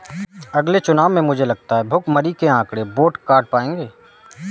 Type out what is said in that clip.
अगले चुनाव में मुझे लगता है भुखमरी के आंकड़े वोट काट पाएंगे